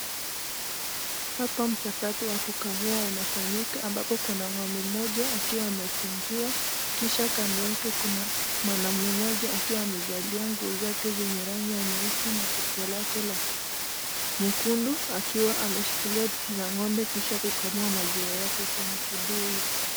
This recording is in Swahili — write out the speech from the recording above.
Hapa mchakato wa kukamua unafanyika, ambapo kuna ngombe moja akiwa amefungiwa, kisha kando yake kuna mwanaume mmoja akiwa amevalia nguo zake zenye rangi ya nyeusi na kofia lake la nyekundu, akiwa ameshikilia titi la ngombe kisha kukamua maziwa yake kwenye kibuyu.